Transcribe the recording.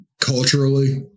culturally